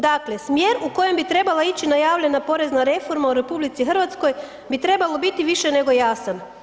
Dakle, smjer u kojem bi trebala ići najavljena porezna reforma u RH bi trebalo biti više nego jasan.